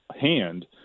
hand